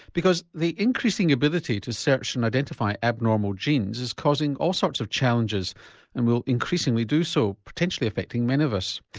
because the increasing ability to search and identify abnormal genes is causing all sorts of challenges and will increasingly do so, potentially affecting many of us.